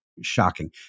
shocking